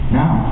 now